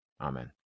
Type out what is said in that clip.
Amen